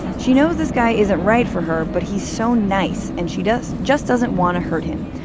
she knows this guy isn't right for her, but he's so nice and she does just doesn't want to hurt him.